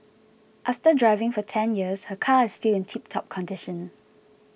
after driving for ten years her car is still in tiptop condition